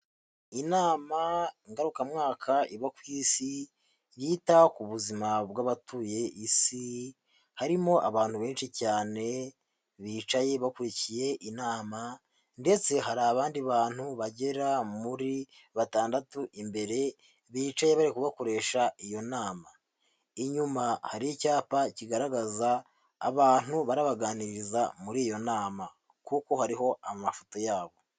Inama ngarukamwaka iba ku Isi, yita ku buzima bw'abatuye Isi, harimo abantu benshi cyane bicaye bakurikiye inama, ndetse hari abandi bantu bagera muri batandatu imbere bicaye bari bakoresha iyo nama, inyuma hari icyapa kigaragaza abantu barabaganiriza muri iyo nama kuko hariho amafoto yabo.